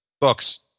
Books